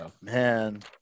Man